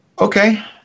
okay